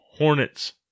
Hornets